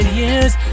years